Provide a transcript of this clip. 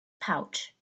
pouch